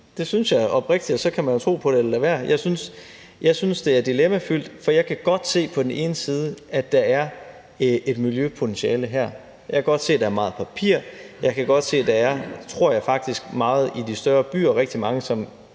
Det synes jeg oprigtigt, og så kan man jo tro på det eller lade være. Jeg synes, det er dilemmafyldt, for jeg kan på den ene side godt se, at der er et miljøpotentiale her. Jeg kan godt se, der er meget papir. Jeg kan godt se, at der, meget i de større byer, tror jeg faktisk,